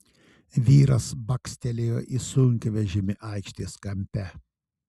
vyras bakstelėjo į sunkvežimį aikštės kampe